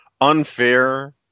unfair